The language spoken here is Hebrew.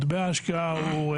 מטבע ההשקעה הוא דולרי.